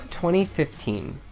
2015